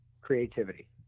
creativity